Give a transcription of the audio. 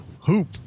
hoop